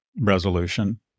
Resolution